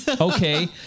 Okay